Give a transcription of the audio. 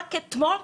רק אתמול,